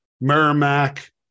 Merrimack